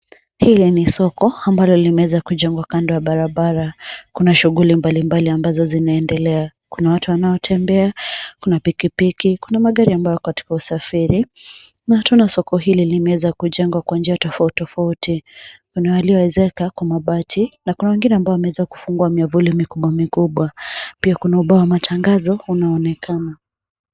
Hili ni soko ambalo limeweza kujengwa kando ya barabara. Kuna shughuli mbali mbali ambazo zinaendelea. Kuna watu wanaotembea, kuna pikipiki, kuna magari ambayo yako katika usafiri na tunaona soko hili limeweza kujengwa kwa njia tofauti tofauti. Kuna walioezeka kwa mabati na kuna wengine ambao wameeza kufungua miavuli mikubwa mikubwa. Pia kuna ubao wa matangazo unaonekana.